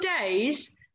days